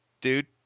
dude